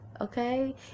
okay